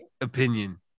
opinion